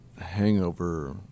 hangover